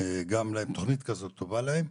גם להן, תוכנית כזו יכולה גם להתאים להן.